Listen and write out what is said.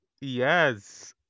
yes